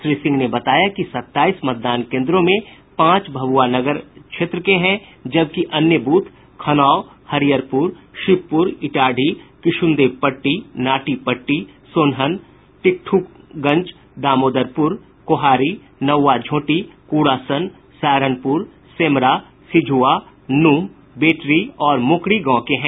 श्री सिंह ने बताया कि सत्ताईस मतदान केंद्रों में पांच भभुआ नगर क्षेत्र के हैं जबकि अन्य ब्रथ खनाव हरिहरपुर शिवपुर इटाढ़ी किशुनदेवपट्टी नाटीपट्टी सोनहन टिकठीकुंज दामोदरपुर कोहारी नौंवाझोटी कूड़ासन सारनपुर सेमरा सिझुआ नूह बेटरी मोकरी गांव के हैं